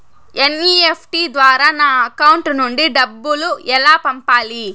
NEFT ద్వారా నా account నుండి డబ్బులు ఎలా పంపాలి